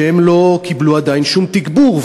שהם לא קיבלו עדיין שום תגבור,